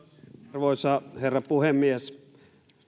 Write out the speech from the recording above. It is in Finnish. arvoisa herra puhemies